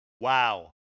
Wow